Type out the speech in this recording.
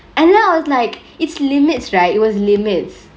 and then I was like it's limits right it was limits